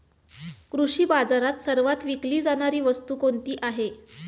कृषी बाजारात सर्वात विकली जाणारी वस्तू कोणती आहे?